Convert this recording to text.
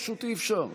פשוט אי-אפשר.